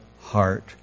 heart